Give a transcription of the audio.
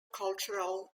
cultural